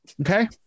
Okay